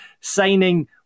signing